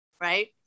Right